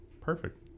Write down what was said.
perfect